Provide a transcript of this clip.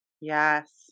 Yes